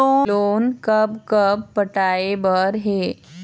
Loan कब कब पटाए बर हे?